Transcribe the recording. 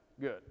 Good